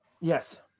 Yes